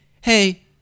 hey